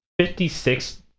56